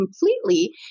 completely